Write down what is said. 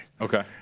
Okay